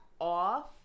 off